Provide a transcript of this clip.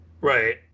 Right